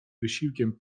wysiłkiem